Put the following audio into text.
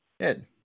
Good